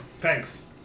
Thanks